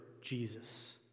Jesus